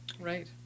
Right